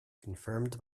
confirmed